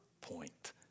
point